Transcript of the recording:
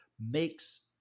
makes –